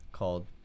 Called